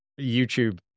YouTube